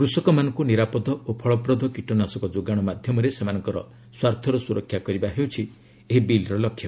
କୃଷକମାନଙ୍କୁ ନିରାପଦ ଓ ଫଳପ୍ରଦ କୀଟନାସକ ଯୋଗାଣ ମାଧ୍ୟମରେ ସେମାନଙ୍କର ସ୍ୱାର୍ଥର ସ୍ରରକ୍ଷା କରିବା ହେଉଛି ଏହି ବିଲ୍ର ଲକ୍ଷ୍ୟ